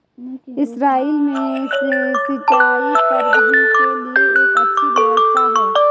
Israel में सिंचाई प्रबंधन के लिए एक अच्छी व्यवस्था है